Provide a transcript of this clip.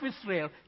Israel